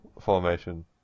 formation